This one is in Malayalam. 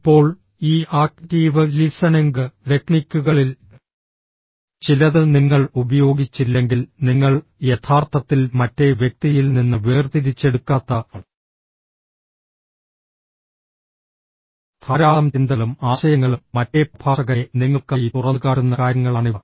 ഇപ്പോൾ ഈ ആക്റ്റീവ് ലിസണിംഗ് ടെക്നിക്കുകളിൽ ചിലത് നിങ്ങൾ ഉപയോഗിച്ചില്ലെങ്കിൽ നിങ്ങൾ യഥാർത്ഥത്തിൽ മറ്റേ വ്യക്തിയിൽ നിന്ന് വേർതിരിച്ചെടുക്കാത്ത ധാരാളം ചിന്തകളും ആശയങ്ങളും മറ്റേ പ്രഭാഷകനെ നിങ്ങൾക്കായി തുറന്നുകാട്ടുന്ന കാര്യങ്ങളാണിവ